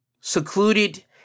secluded